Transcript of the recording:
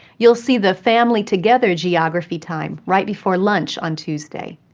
you'll see the family-together geography time right before lunch on tuesday.